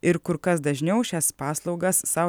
ir kur kas dažniau šias paslaugas sau